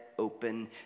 open